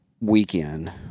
weekend